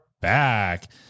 back